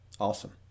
Awesome